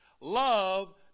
love